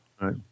Right